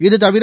இதுதவிர